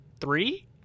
three